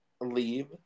leave